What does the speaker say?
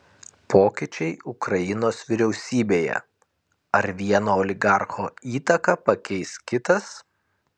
pokyčiai ukrainos vyriausybėje ar vieno oligarcho įtaką pakeis kitas